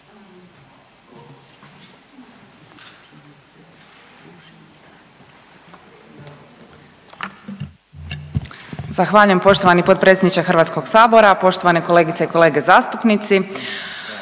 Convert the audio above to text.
Zahvaljujem poštovani potpredsjedniče Hrvatskog sabora, poštovane kolegice i kolege zastupnici.